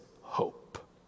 hope